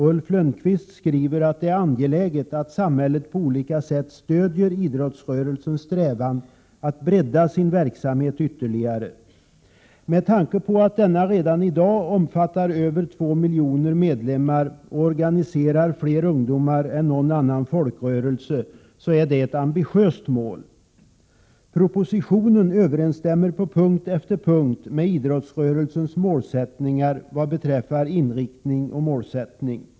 Ulf Lönnqvist skriver att det är angeläget att samhället på olika sätt stödjer idrottsrörelsens strävan att bredda sin verksamhet ytterligare. Med tanke på att idrottsrörelsen redan i dag omfattar över två miljoner medlemmar och organiserar fler ungdomar än någon annan folkrörelse är detta ett ambitiöst mål. Propositionen överensstämmer på punkt efter punkt med idrottsrörelsens målsättningar vad beträffar inriktning och målsättning.